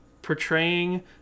portraying